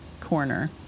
corner